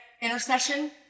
intercession